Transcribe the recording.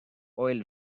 oil